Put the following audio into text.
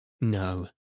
No